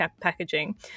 packaging